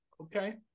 Okay